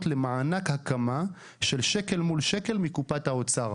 למענק הקמה של שקל מול שקל מקופת האוצר.